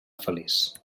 feliç